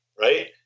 Right